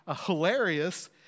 hilarious